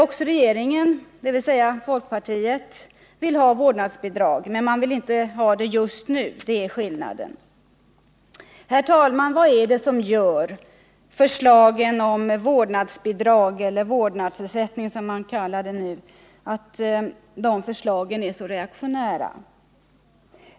Också regeringen, dvs. folkpartiet, vill ha vårdnadsbidrag, men man vill inte ha det just nu — det är skillnaden. Herr talman! Vad är det som gör att förslagen om vårdnadsbidrag — eller vårdnadsersättning som man kallar det nu — är så reaktionära?